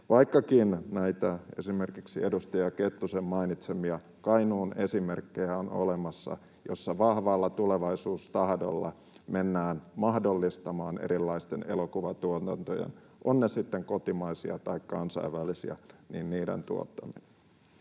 vaikkakin on olemassa esimerkiksi näitä edustaja Kettusen mainitsemia Kainuun esimerkkejä, joissa vahvalla tulevaisuustahdolla mennään mahdollistamaan erilaisten elokuvatuotantojen — ovat ne sitten kotimaisia tai kansainvälisiä — tuottaminen.